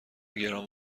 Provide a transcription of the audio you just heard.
گران